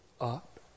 up